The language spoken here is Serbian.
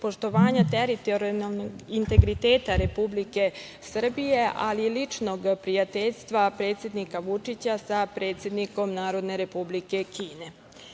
poštovanja teritorijalnog integriteta Republike Srbije, ali i ličnog prijateljstva predsednika Vučića sa predsednikom Narodne Republike Kine. Kina